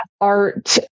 art